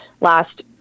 last